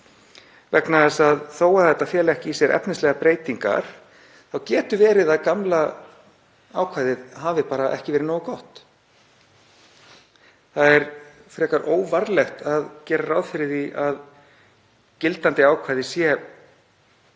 vegna þess að þó að þetta feli ekki í sér efnislegar breytingar þá getur verið að gamla ákvæðið hafi bara ekki verið nógu gott. Það er frekar óvarlegt að gera ráð fyrir því að gildandi ákvæði sé